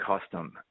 Custom